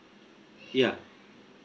yeah